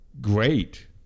great